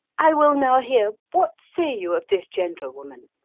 i will now hear what say you of this gentlewoman?